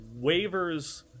waivers